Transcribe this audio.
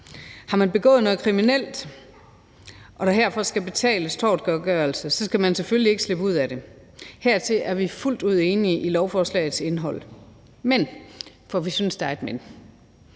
Har man begået noget kriminelt, og der herfor skal betales tortgodtgørelse, skal man selvfølgelig ikke kunne slippe ud af det. Her er vi fuldt ud enige i lovforslagets indhold. Men – for vi synes, der er et men